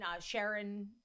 Sharon